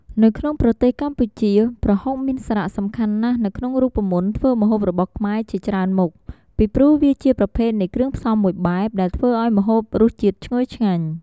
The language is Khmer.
នៅក្នុងប្រទេសកម្ពុជា ប្រហុកមានសារៈសំខាន់ណាស់នៅក្នុងរូបមន្តធ្វើម្ហូបរបស់ខ្មែរជាច្រើនមុខ ពីព្រោះវាជាប្រភេទនៃគ្រឿងផ្សំមួយបែបដែលធ្វេីឱ្យម្ហូបរសជាតិឈ្ងុយឆ្ងាញ់។